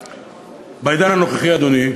בעידן הנוכחי, אדוני,